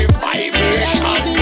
vibration